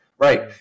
Right